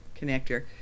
connector